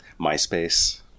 myspace